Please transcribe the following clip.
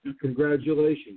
congratulations